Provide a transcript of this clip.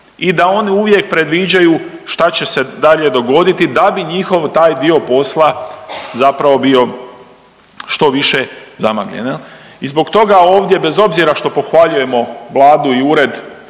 i da oni uvijek predviđaju šta će se dalje dogoditi da bi njihov taj dio posla zapravo bio što više zamagljen jel. I zbog toga ovdje bez obzira što pohvaljujemo Vladu i ured